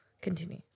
Continue